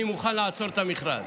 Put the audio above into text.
אני מוכן לעצור את המכרז.